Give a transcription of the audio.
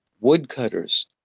woodcutters